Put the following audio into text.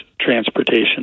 transportation